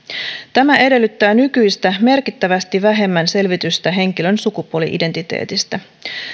tämä edellyttää nykyistä merkittävästi vähemmän selvitystä henkilön sukupuoli identiteetistä